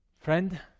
Friend